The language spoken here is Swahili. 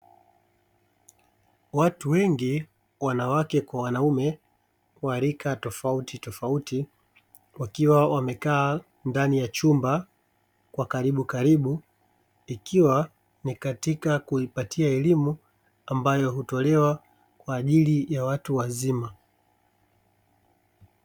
Watu wengi wanawake kwa wanaume wa rika tofautitofauti, wakiwa wamekaa ndani ya chumba kwa karibukaribu, ikiwa ni katika kuipatia elimu ambayo hutolewa kwa ajili ya watu wazima.